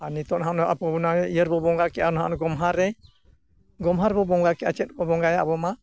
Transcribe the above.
ᱟᱨ ᱱᱤᱛᱚᱜ ᱱᱟᱦᱟᱸᱜ ᱟᱵᱚ ᱚᱱᱟ ᱤᱭᱟᱹ ᱨᱮᱵᱚ ᱵᱚᱸᱜᱟ ᱠᱮᱜᱼᱟ ᱚᱱᱟ ᱜᱚᱢᱦᱟ ᱨᱮ ᱜᱚᱢᱦᱟ ᱨᱮᱵᱚ ᱵᱚᱸᱜᱟ ᱠᱮᱜᱼᱟ ᱪᱮᱫ ᱠᱚ ᱵᱚᱸᱜᱟᱭᱟ ᱟᱵᱚᱢᱟ